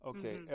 Okay